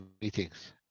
meetings